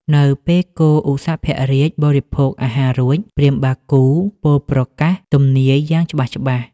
នៅពេលគោឧសភរាជបរិភោគអាហាររួច ព្រាហ្មណ៍បាគូពោលប្រកាសទំនាយយ៉ាងច្បាស់ៗ។